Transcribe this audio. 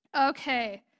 Okay